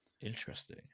Interesting